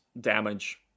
damage